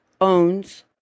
owns